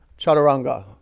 Chaturanga